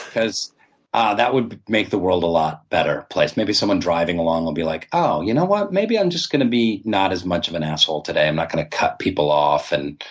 ah that would make the world a lot better place. maybe someone driving along would be like, oh, you know what? maybe i'm just gonna be not as much of an asshole today. i'm not gonna cut people off and